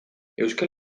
euskal